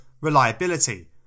reliability